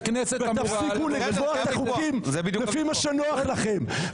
אז הכנסת אמורה --- תפסיקו לקבוע את החוקים לפי מה שנוח לכם.